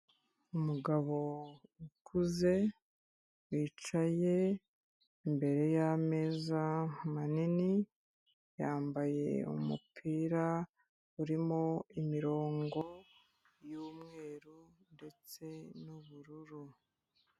Umugabo ukuze wicaye imbere y'ameza manini, yambaye umupira urimo imirongo y'umweru ndetse n'ubururu.